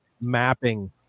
mapping